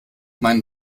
mein